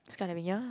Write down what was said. skydiving ya